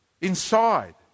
inside